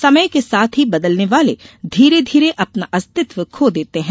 समय के साथ नही बदलने वाले धीरे धीरे अपना अस्तित्व खो देते है